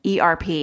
ERP